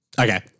Okay